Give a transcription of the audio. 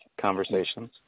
conversations